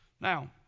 Now